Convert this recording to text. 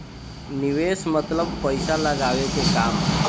निवेस मतलब पइसा लगावे के काम